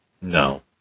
No